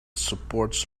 supports